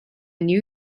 new